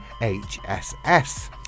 HSS